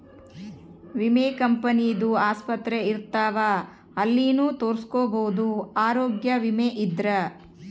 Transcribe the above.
ವಿಮೆ ಕಂಪನಿ ದು ಆಸ್ಪತ್ರೆ ಇರ್ತಾವ ಅಲ್ಲಿನು ತೊರಸ್ಕೊಬೋದು ಆರೋಗ್ಯ ವಿಮೆ ಇದ್ರ